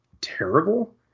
terrible